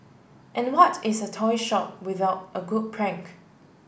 and what is a toy shop without a good prank